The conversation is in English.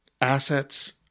assets